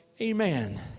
Amen